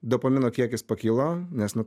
dopamino kiekis pakilo nes nu